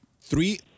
Three